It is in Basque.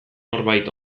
norbait